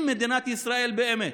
אם מדינת ישראל באמת